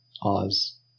Oz